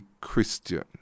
Christian